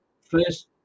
First